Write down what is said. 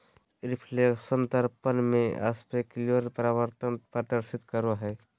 reflection दर्पण से specular परावर्तन प्रदर्शित करो हइ